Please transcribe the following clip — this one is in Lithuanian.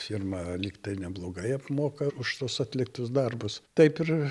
firma lyg tai neblogai apmoka už tuos atliktus darbus taip ir